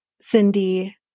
Cindy